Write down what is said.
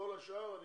לכל השאר,